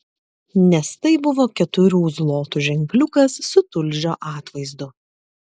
nes tai buvo keturių zlotų ženkliukas su tulžio atvaizdu